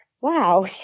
wow